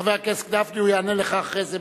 חבר הכנסת גפני, הוא יענה לך אחר כך באכסדרה,